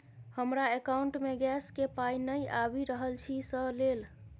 हमरा एकाउंट मे गैस केँ पाई नै आबि रहल छी सँ लेल?